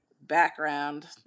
background